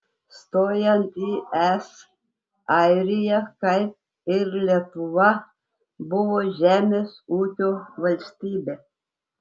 stojant į es airija kaip ir lietuva buvo žemės ūkio valstybė